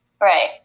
Right